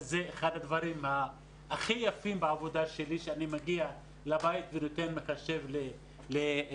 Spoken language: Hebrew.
זה אחד הדברים הכי יפים בעבודה שלי שאני אגיע לבית ונותן מחשב לילד,